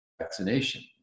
vaccination